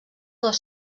dos